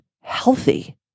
healthy